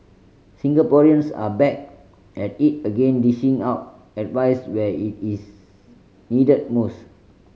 Singaporeans are back at it again dishing out advice where it is needed most